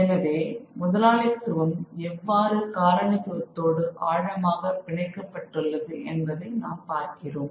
எனவே முதலாளித்துவம் எவ்வாறு காலனித்துவதோடு ஆழமாக பிணைக்கப்பட்டுள்ளது என்பதை நாம் பார்க்கிறோம்